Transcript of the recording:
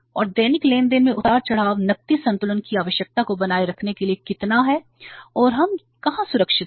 और दैनिक लेनदेन में उतार चढ़ाव नकदी संतुलन की आवश्यकता को बनाए रखने के लिए कितना है और हम कहां सुरक्षित हैं